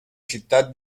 città